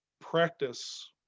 practice